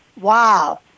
Wow